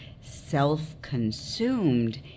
self-consumed